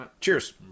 Cheers